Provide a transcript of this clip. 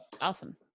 awesome